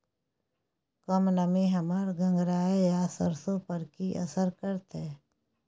कम नमी हमर गंगराय आ सरसो पर की असर करतै?